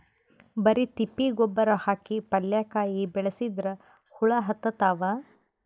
ಬರಿ ತಿಪ್ಪಿ ಗೊಬ್ಬರ ಹಾಕಿ ಪಲ್ಯಾಕಾಯಿ ಬೆಳಸಿದ್ರ ಹುಳ ಹತ್ತತಾವ?